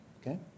okay